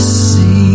see